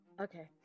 Okay